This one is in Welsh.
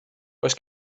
oes